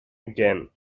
again